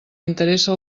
interessa